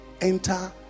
enter